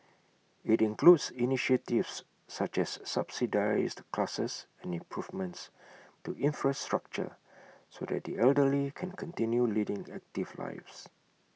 IT includes initiatives such as subsidised classes and improvements to infrastructure so that the elderly can continue leading active lives